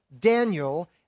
Daniel